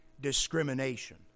discrimination